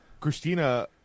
Christina